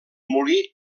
molí